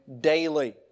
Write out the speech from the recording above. daily